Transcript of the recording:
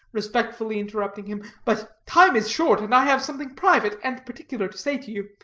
respectfully interrupting him, but time is short, and i have something private and particular to say to you.